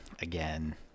again